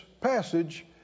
passage